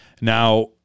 Now